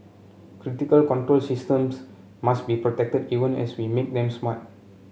critical control systems must be protected even as we make them smart